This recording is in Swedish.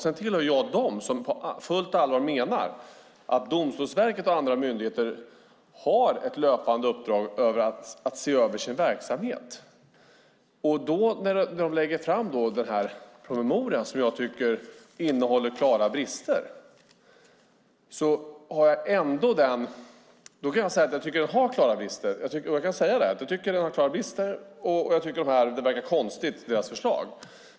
Jag tillhör dem som på fullt allvar menar att Domstolsverket och andra myndigheter har ett löpande uppdrag att se över sin verksamhet. De lägger fram den här promemorian, och jag kan säga att jag tycker att den har klara brister och att deras förslag verkar konstigt.